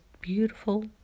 beautiful